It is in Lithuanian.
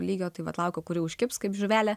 lygio tai vat laukiu kuri užkibs kaip žuvelė